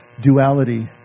duality